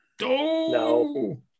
No